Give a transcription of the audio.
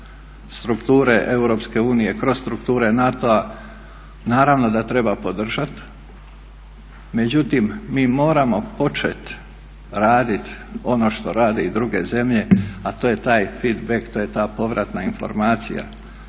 strukture EU, kroz strukture NATO-a naravno da treba podržat, međutim mi moramo počet radit ono što rade i druge zemlje, a to je taj feedback to je ta povratna informacija